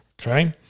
Okay